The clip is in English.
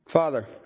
Father